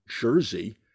Jersey